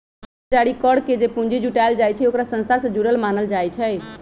share जारी करके जे पूंजी जुटाएल जाई छई ओकरा संस्था से जुरल मानल जाई छई